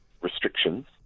restrictions